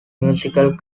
musical